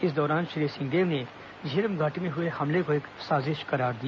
इस दौरान श्री सिंहदेव ने झीरम घाटी में हुए हमले को एक साजिश करार दिया